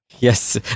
Yes